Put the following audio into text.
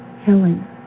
Helen